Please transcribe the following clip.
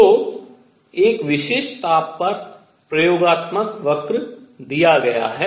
तो एक विशेष ताप पर प्रयोगात्मक वक्र दिया गया है